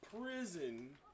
prison